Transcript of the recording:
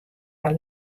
har